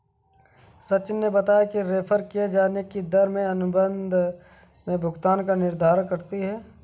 सचिन ने बताया कि रेफेर किये जाने की दर में अनुबंध में भुगतान का निर्धारण करती है